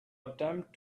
attempt